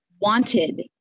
wanted